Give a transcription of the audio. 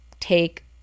Take